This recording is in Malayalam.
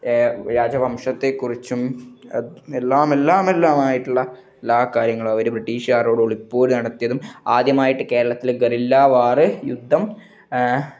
രാജവംശത്തെക്കുറിച്ചും എല്ലാമെല്ലാമെല്ലാമായിട്ടുള്ള എല്ലാ കാര്യങ്ങളും അവർ ബ്രിട്ടീഷുകാരോട് ഒളിപ്പോര് നടത്തിയതും ആദ്യമായിട്ട് കേരളത്തിൽ ഗറില്ല വാർ യുദ്ധം